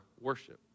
worship